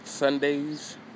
Sunday's